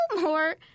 more